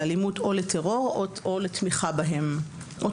לאלימות או לטרור או תמיכה בהם;"